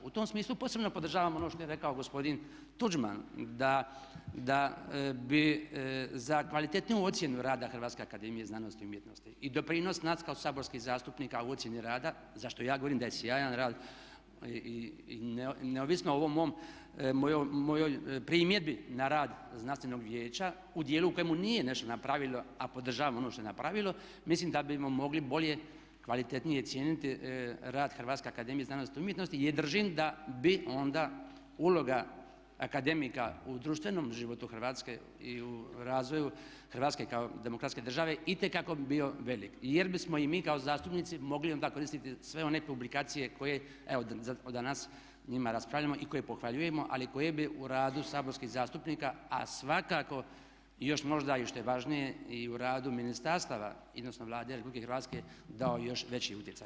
U tom smislu posebno podržavam ono što je rekao gospodin Tuđman da bi za kvalitetniju ocjenu rada Hrvatske akademije znanosti i umjetnosti i doprinos nas kao saborskih zastupnika u ocjeni rada zašto ja govorim da je sjajan rad i neovisno o ovoj mojoj primjedbi na rad znanstvenog vijeća u djelu u kojemu nije nešto napravilo a podržavam ono što je napravilo, mislim da bismo mogli bolje i kvalitetnije cijeniti rad Hrvatske akademije znanosti i umjetnosti jer držim da bi onda uloga akademika u društvenom životu Hrvatske i u razvoju Hrvatske kao demotske države itekako bi bio velik jer bismo i mi kao zastupnici mogli onda koristiti sve one publikacije koje evo … o njima raspravljamo i koje pohvaljujemo, ali koje bi u radu saborskih zastupnika a svakako i još možda i što je važnije i u radu ministarstava odnosno Vlade RH dao i još veći utjecaj.